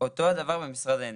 אותו הדבר במשרד האנרגיה,